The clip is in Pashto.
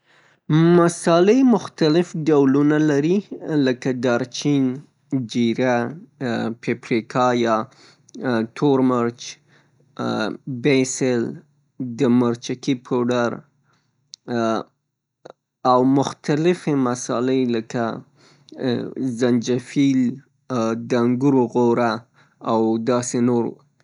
مصالې مختلف ډولونه لري لکه دارجین، زیره، پیپریکا یا تور مرچ، بیسل د مرچکي پودر او مختلف مصالې لکه زنجفیل، د انګورو غوره او داسې نور.